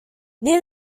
near